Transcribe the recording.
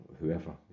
whoever